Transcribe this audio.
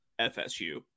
FSU